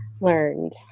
learned